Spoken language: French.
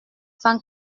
cent